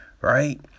right